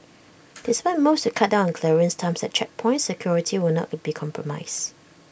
despite moves to cut down clearance times at checkpoints security will not be compromised